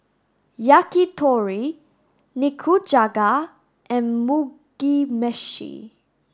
Yakitori Nikujaga and Mugi meshi